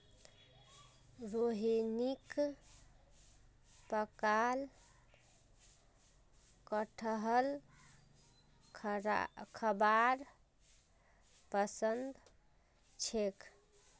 रोहिणीक पकाल कठहल खाबार पसंद छेक